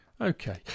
Okay